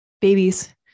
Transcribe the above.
babies